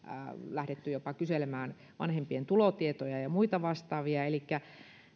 lähdetty jopa kyselemään vanhempien tulotietoja ja muita vastaavia elikkä